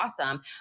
awesome